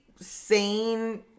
sane